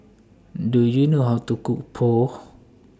Do YOU know How to Cook Pho